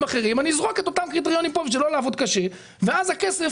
אחרים ואני אזרוק את אותם קריטריונים כאן כדי לא לעבוד קשה ואז הכסף